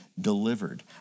delivered